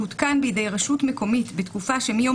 שהותקן בידי רשות מקומית בתקופה שמיום